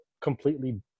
completely